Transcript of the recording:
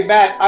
Matt